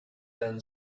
and